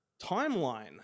Timeline